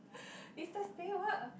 is the